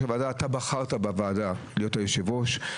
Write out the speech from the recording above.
הוועדה אתה בחרת בוועדה להיות יושב-ראש.